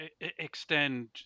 extend